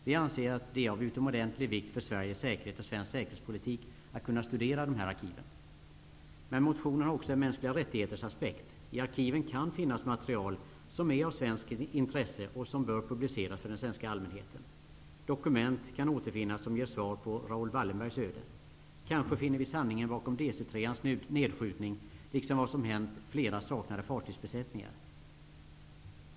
Vi anser att det är av utomordentlig vikt för Sveriges säkerhet och svensk säkerhetspolitik att kunna studera dessa arkiv. Men motionen har också en mänskliga rättighetersaspekt. I arkiven kan finnas material som är av svenskt intresse och som bör publiceras för den svenska allmänheten. Dokument kan återfinnas som ger svar på Raoul Wallenbergs öde. Kanske finner vi sanningen bakom DC-3:ans nedskjutning liksom vad som hänt flera saknade fartygsbesättningar.